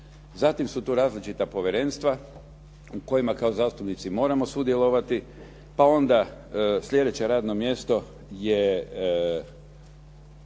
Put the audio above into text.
Zatim su tu različita povjerenstva u kojima kao zastupnici moramo sudjelovati. Pa onda, slijedeće radno mjesto je